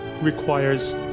requires